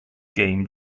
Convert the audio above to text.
game